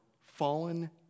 fallen